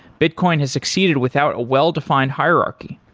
bitcoin has succeeded without a well-defined hierarchy,